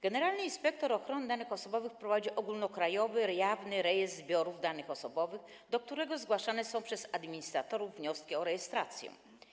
Generalny inspektor ochrony danych osobowych prowadzi ogólnokrajowy, jawny rejestr zbiorów danych osobowych, do którego zgłaszane są przez administratorów wnioski o rejestrację.